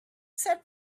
set